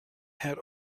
had